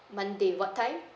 monday what time